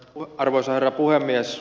arvoisa herra puhemies